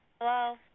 Hello